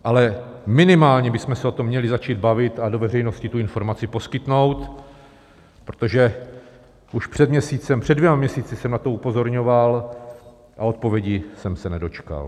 Ale minimálně bychom se o tom měli začít bavit a do veřejnosti tu informaci poskytnout, protože už před měsícem, před dvěma měsíci jsem na to upozorňoval a odpovědi jsem se nedočkal.